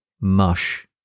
mush